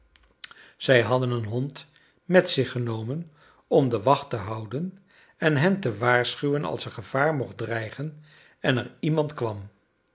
zij hadden een hond met zich genomen om de wacht te houden en hen te waarschuwen als er gevaar mocht dreigen en er iemand kwam